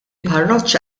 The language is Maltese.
parroċċa